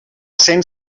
cent